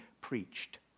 preached